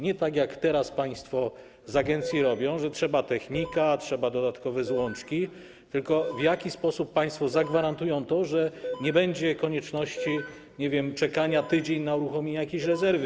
Nie tak jak teraz państwo z agencji robią, że trzeba technika, trzeba dodatkowej złączki, tylko w jaki sposób państwo zagwarantują to, że nie będzie konieczności czekania tydzień na uruchomienie jakiejś rezerwy?